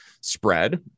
spread